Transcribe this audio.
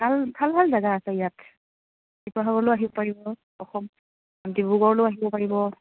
ভাল ভাল ভাল জেগা আছে ইয়াত শিৱসাগৰগৰলৈও আহিব পাৰিব অসম ডিব্ৰুগড়লৈও আহিব পাৰিব